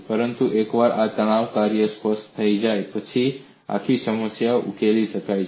પરંતુ એકવાર આ તણાવ કાર્ય સ્પષ્ટ થઈ જાય પછી આખી સમસ્યા ઉકેલી શકાય છે